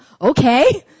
okay